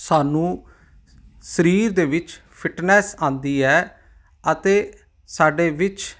ਸਾਨੂੰ ਸਰੀਰ ਦੇ ਵਿੱਚ ਫਿਟਨੈਸ ਆਉਂਦੀ ਹੈ ਅਤੇ ਸਾਡੇ ਵਿੱਚ